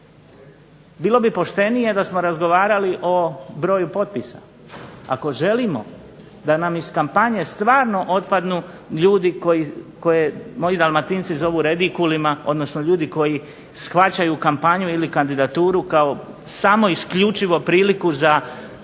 Bilo bi poštenije da smo razgovarali o broju potpisa. Ako želimo da nam iz kampanje stvarno otpadnu koje moji Dalmatinci zovu redikulima, odnosno ljudi koji shvaćaju kampanju ili kandidaturu kao samo isključivo priliku za 5-dnevnu